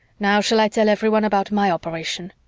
now shall i tell everyone about my operation?